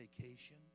vacation